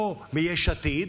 או מיש עתיד